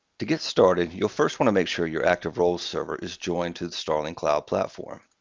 to get started, you'll first want to make sure your active role server is joined to the starling cloud platform.